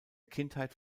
kindheit